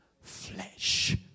flesh